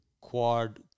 quad